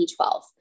B12